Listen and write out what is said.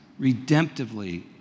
redemptively